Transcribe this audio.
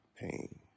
pain